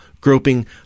groping